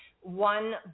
one